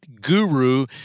guru